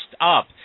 Up